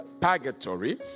purgatory